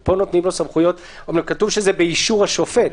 פה כתוב שזה באישור השופט.